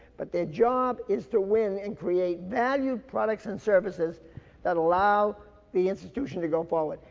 but their job is to win and create valued products and services that allow the institution to go forward.